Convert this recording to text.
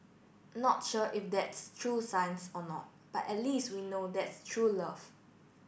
not sure if that's true science or not but at least we know that's true love